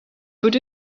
put